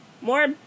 more